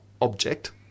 object